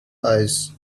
eyes